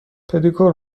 پدیکور